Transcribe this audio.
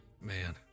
Man